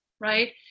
right